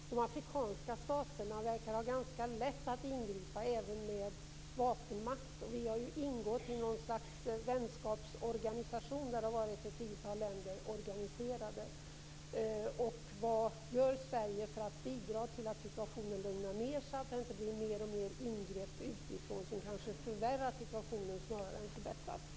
De afrikanska staterna verkar ha ganska lätt att ingripa även med vapenmakt. Vi har ingått i något slags vänskapsorganisation, där det har varit ett tiotal länder organiserade. Vad gör Sverige för att bidra till att situationen lugnar ned sig och att det inte görs fler och fler ingrepp utifrån, som kanske förvärrar situationen snarare är förbättrar den?